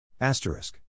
Asterisk